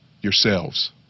yourselves